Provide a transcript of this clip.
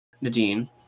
Nadine